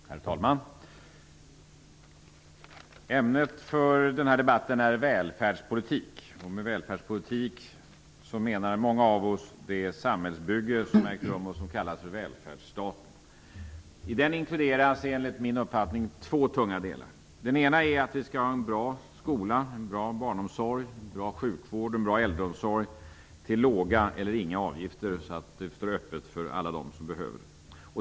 Herr talman! Ämnet för den här debatten är välfärdspolitik. Med välfärdspolitik menar många av oss det samhällsbygge som ägt rum och som kallas för välfärdsstaten. I den inkluderas enligt min uppfattning två tunga delar. Den ena är att vi skall ha en bra skola, bra barnomsorg, bra sjukvård och bra äldreomsorg till låga eller inga avgifter, så att de står öppna för alla som behöver.